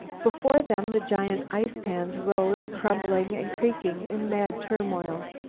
before them the giant ice-pans rose, crumbling and creaking in mad turmoil.